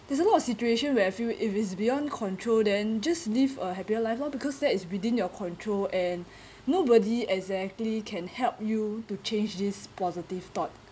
there's a lot of situation where I feel it is beyond control then just live a happier life lor because that is within your control and nobody exactly can help you to change this positive thought